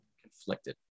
conflicted